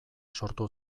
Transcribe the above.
sortu